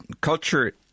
culture